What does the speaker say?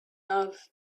love